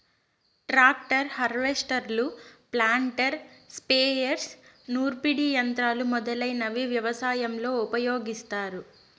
tractor, హార్వెస్టర్లు, planter, sprayers, నూర్పిడి యంత్రాలు మొదలైనవి వ్యవసాయంలో ఉపయోగిస్తారు